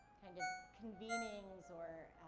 kind of, convenings or,